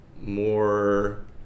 more